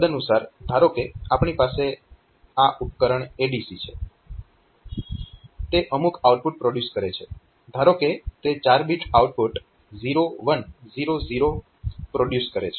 તદનુસાર ધારો કે મારી પાસે આ ઉપકરણ ADC છે તે અમુક આઉટપુટ પ્રોડ્યુસ કરે છે ધારો કે તે 4 બીટ આઉટપુટ 0 1 0 0 પ્રોડ્યુસ કરે છે